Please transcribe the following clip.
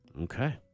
Okay